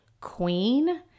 queen